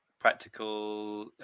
practical